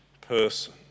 person